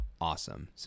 awesome